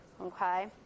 okay